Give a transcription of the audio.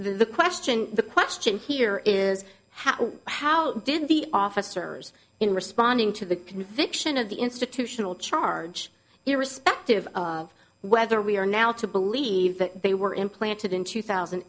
the question the question here is how how did the officers in responding to the conviction of the institutional charge irrespective of whether we are now to believe that they were implanted in two thousand